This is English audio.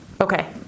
okay